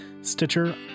Stitcher